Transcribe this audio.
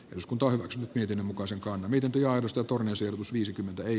eduskunta hyväksyi yhdenmukaisenkaan miten tilaa nostotornin sijoitus viisikymmentä ei